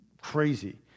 crazy